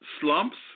Slumps